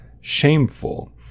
shameful